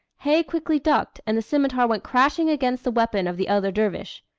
haig quickly ducked and the scimitar went crashing against the weapon of the other dervish.